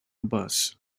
bus